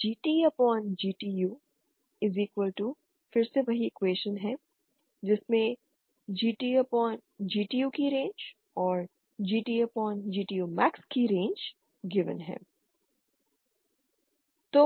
GTGTU11 S12SLS211 S11S1 S22L11 X2 11X2GTGTU11 X2 11Ux2GTGTUmax11 Ux2 GTUmax SS11 LS22 तो